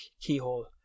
keyhole